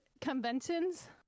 conventions